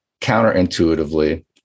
counterintuitively